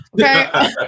Okay